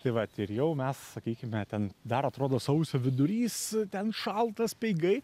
tai va ir jau mes sakykime ten dar atrodo sausio vidurys ten šalta speigai